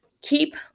Keep